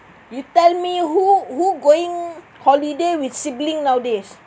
you tell me who who going holiday with sibling nowadays